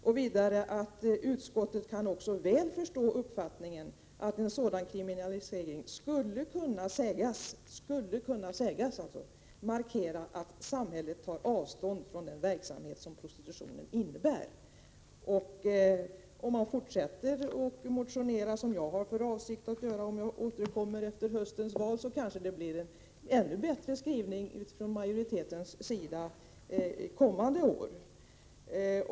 Justitieutskottet kan också väl förstå uppfattningen att en sådan kriminalisering skulle kunna sägas markera att samhället tar avstånd från den verksamhet som prostitutionen innebär.” Om man fortsätter att motionera, som jag har för avsikt att göra om jag återkommer efter höstens val, blir det kanske ännu bättre skrivningar från majoriteten under kommande år.